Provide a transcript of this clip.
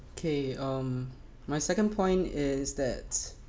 okay um my second point is that